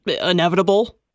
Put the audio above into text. inevitable